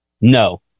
no